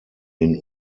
den